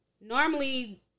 Normally